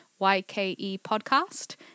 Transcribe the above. ykepodcast